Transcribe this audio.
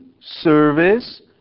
service